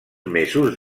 mesos